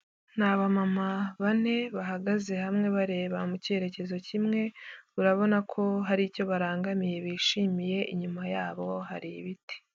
Ni abamama bane bahagaze hamwe bareba mu kerekezo kimwe, urabona ko hari icyo barangamiye bishimiye, inyuma yabo hari ibiti.